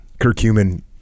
Curcumin